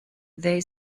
they